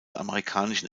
amerikanischen